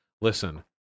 listen